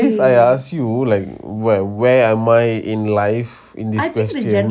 at least I ask you like what where am I in life in this question